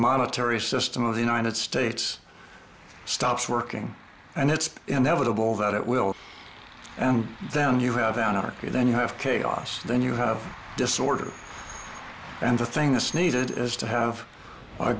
monetary system of the united states stops working and it's inevitable that it will and then you have anarchy then you have chaos then you have disorder and the thing that's needed is to have